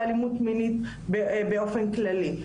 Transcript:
ואלימות מינית באופן כללי.